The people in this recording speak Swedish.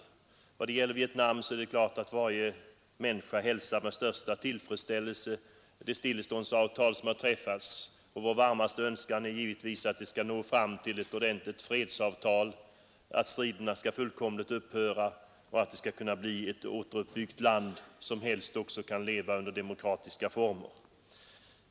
I vad det gäller Vietnam är det klart att varje människa hälsar med största tillfredsställelse det stilleståndsavtal som har träffats, och vår varmaste önskan är att man skall nå fram till ett ordentligt fredsavtal, att striderna skall fullkomligt upphöra och att Vietnam skall kunna bli ett återuppbyggt land, som helst också kan leva under demokratiska former.